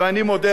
ואני מודה,